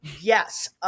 Yes